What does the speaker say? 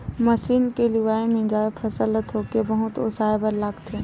machine के लुवाए, मिंजाए फसल ल थोके बहुत ओसाए बर लागथे